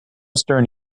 stern